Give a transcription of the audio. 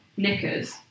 Knickers